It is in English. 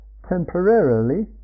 temporarily